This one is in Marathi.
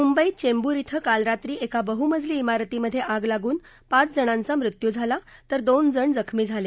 मुंबईत चेंबूर श्वं काल रात्री एका बह्मजली आरतीमध्ये आग लागून पाच जणांचा मृत्यू झाला तर दोनजण जखमी झाले